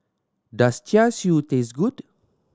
does Char Siu taste good